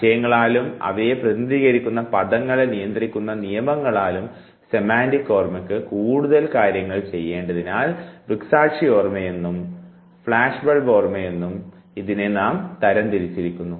ആശയങ്ങളാലും അവയെ പ്രതിനിധീകരിക്കുന്ന പദങ്ങളെ നിയന്ത്രിക്കുന്ന നിയമങ്ങളാലും സെമാൻറിക് ഓർമ്മക്ക് കൂടുതൽ കാര്യങ്ങൾ ചെയ്യേണ്ടതിനാൽ ദൃക്സാക്ഷി ഓർമ്മയെന്നും എന്നും ഫ്ലാഷ് ബൾബ് ഓർമ്മയെന്നും ഇതിനെ തരം തിരിച്ചിരിക്കുന്നു